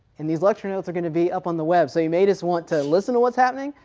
and these lecture notes are going to be up on the web, so you may just want to listen to what's happening,